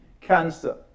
cancer